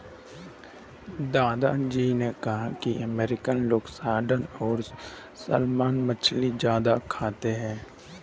दादा जी ने कहा कि अमेरिकन लोग सार्डिन और सालमन मछली ज्यादा खाते हैं